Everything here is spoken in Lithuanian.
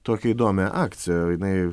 tokią įdomią akciją jinai